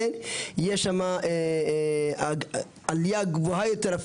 יש שם עלייה גבוהה יותר,